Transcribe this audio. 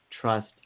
trust